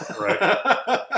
right